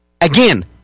Again